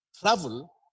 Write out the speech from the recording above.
travel